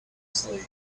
sleep